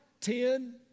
ten